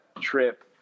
trip